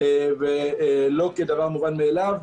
לא כדבר מובן מאליו,